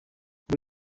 kuri